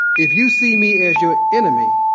if you see me as your enemy,